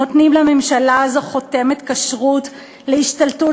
נותנים לממשלה הזאת חותמת כשרות להשתלטות